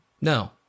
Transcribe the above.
no